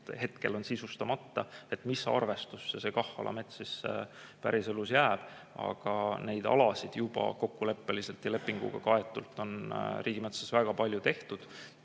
hetkel on sisustamata, et mis arvestusse see KAH‑ala mets siis päriselus jääb. Aga neid alasid juba kokkuleppeliselt ja lepinguga kaetult on riigimetsas väga palju tehtud.